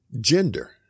gender